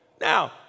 Now